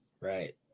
Right